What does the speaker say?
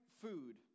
food